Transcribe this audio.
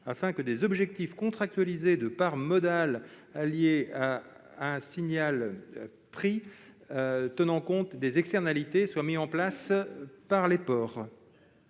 afin que des objectifs contractualisés de part modale, alliés à un signal prix tenant compte des externalités, soient mis en place par les ports.